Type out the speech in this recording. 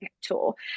tool